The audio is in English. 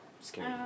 scary